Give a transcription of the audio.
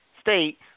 state